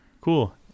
cool